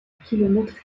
kilomètres